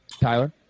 Tyler